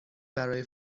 برای